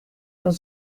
los